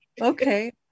Okay